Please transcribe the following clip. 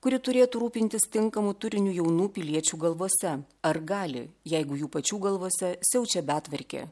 kuri turėtų rūpintis tinkamu turiniu jaunų piliečių galvose ar gali jeigu jų pačių galvose siaučia betvarkė